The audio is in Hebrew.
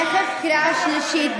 תכף קריאה שלישית.